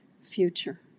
future